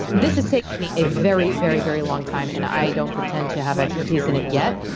this has taken me a very, very, very long time and i don't pretend to have expertise in it yet.